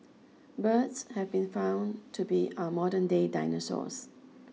birds have been found to be our modernday dinosaurs